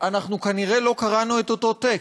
אנחנו כנראה לא קראנו את אותו טקסט.